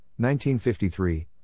1953